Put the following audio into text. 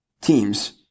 teams